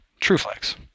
TrueFlex